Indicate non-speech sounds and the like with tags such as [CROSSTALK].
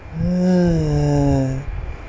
[NOISE]